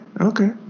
Okay